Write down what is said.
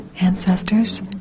ancestors